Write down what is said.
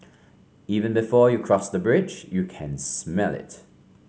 even before you cross the bridge you can smell it